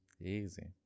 Easy